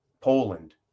Poland